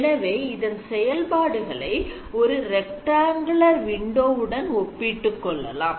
எனவே இதன் செயல்பாடுகளை ஓர் rectangular window உடன் ஒப்பீட்டு கொள்ளலாம்